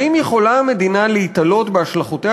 האם יכולה המדינה להיתלות בהשלכותיה